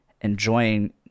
enjoying